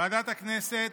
ועדת הכנסת